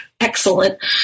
excellent